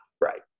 Right